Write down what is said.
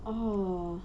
oh